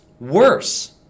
Worse